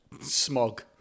smog